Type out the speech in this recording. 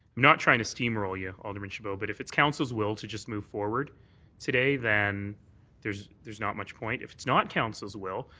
not trying to steam roll you, alderman chabot, but it it's council's will to just move forward today, then there's there's not much point. if it's not council's will,